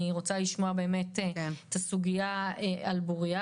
אני רוצה לשמוע את הסוגיה על בוריה